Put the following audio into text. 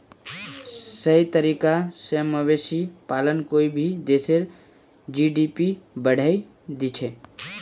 सही तरीका स मवेशी पालन कोई भी देशेर जी.डी.पी बढ़ैं दिछेक